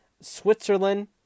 Switzerland